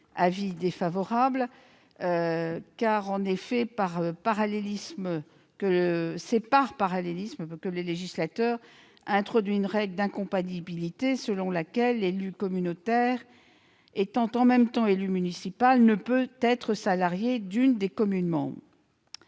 avis défavorable. C'est par parallélisme que le législateur a introduit une règle d'incompatibilité selon laquelle l'élu communautaire, étant en même temps élu municipal, ne peut être salarié de l'une des communes membres.